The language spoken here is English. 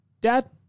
Dad